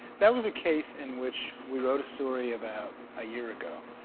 that was a case in which we wrote a story about a year ago.